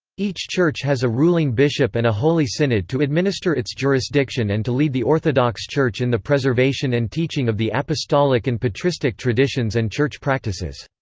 each church has a ruling bishop and a holy synod to administer its jurisdiction and to lead the orthodox church in the preservation and teaching of the apostolic and patristic traditions and church practices.